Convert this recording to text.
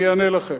אני אענה לכם: